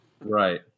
Right